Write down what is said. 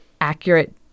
accurate